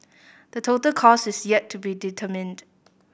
the total cost is yet to be determined